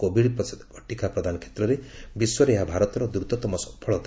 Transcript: Covid ପ୍ରତିଷେଧକ ଟିକା ପ୍ରଦାନ କ୍ଷେତ୍ରରେ ବିଶ୍ୱରେ ଏହା ଭାରତର ଦ୍ରତତମ ସଫଳତା